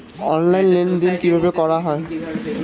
Online লেনদেন কিভাবে করা হয়?